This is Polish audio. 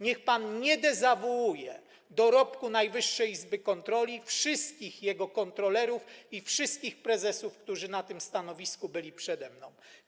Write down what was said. Niech pan nie dezawuuje dorobku Najwyższej Izby Kontroli, wszystkich jej kontrolerów i wszystkich prezesów, którzy na tym stanowisku byli przede mną.